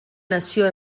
nació